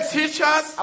teachers